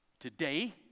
today